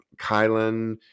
kylan